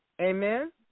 Amen